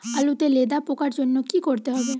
আলুতে লেদা পোকার জন্য কি করতে হবে?